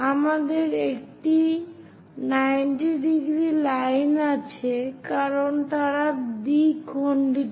আমাদের একটি 90 degree line আছে কারণ তারা দ্বিখণ্ডিত